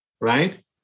right